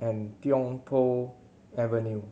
and Tiong Poh Avenue